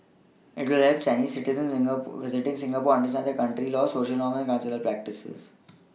it will help Chinese citizens Singapore visiting Singapore understand the country's laws Social norms and cultural practices